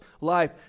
life